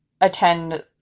attend